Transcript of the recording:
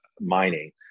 mining